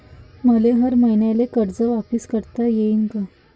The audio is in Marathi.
मले हर मईन्याले कर्ज वापिस करता येईन का?